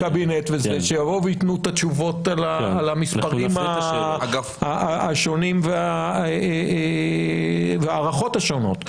שיביאו ויתנו את התשובות על המספרים השונים וההערכות השונות,